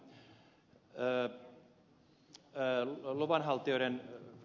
hetkinen nyt kukahan se ed